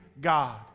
God